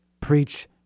Preach